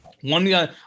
One